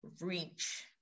reach